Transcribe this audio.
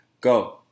Go